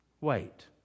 wait